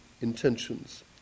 intentions